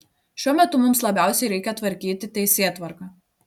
šiuo metu mums labiausiai reikia tvarkyti teisėtvarką